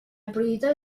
prioritat